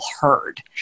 heard